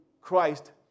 Christ